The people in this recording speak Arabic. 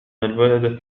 الولد